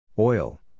Oil